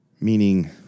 meaning